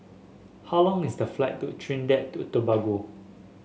how long is the flight to Trinidad Tobago